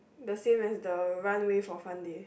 the same as the runway for fun day